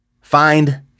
find